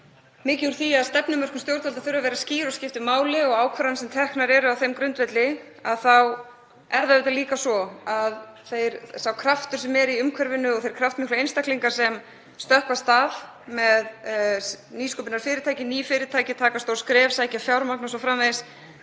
mikið úr því að stefnumörkun stjórnvalda þurfi að vera skýr og skipti máli og ákvarðanir sem teknar eru á þeim grundvelli þá er það auðvitað líka svo að sá kraftur sem er í umhverfinu og þeir kraftmiklu einstaklingar sem stökkva af stað með nýsköpunarfyrirtæki, ný fyrirtæki, taka stór skref, sækja fjármagn o.s.frv.